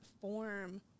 form